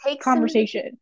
conversation